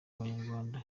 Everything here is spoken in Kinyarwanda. abanyarwanda